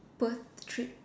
Perth trip